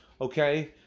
okay